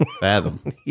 fathom